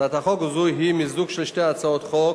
הצעת חוק זו היא מיזוג של שתי הצעות חוק,